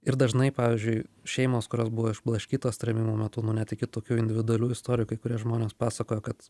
ir dažnai pavyzdžiui šeimos kurios buvo išblaškytos trėmimo metu net iki tokių individualių istorijų kai kurie žmonės pasakojo kad